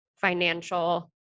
financial